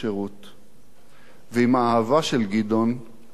ועם האהבה של גדעון לאלפי אנשים בשירות.